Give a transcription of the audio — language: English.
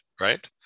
Right